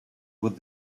with